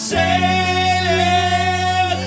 sailing